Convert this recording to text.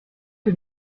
que